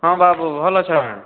ହଁ ବାବୁ ଭଲ୍ ଅଛେ କାଏଁ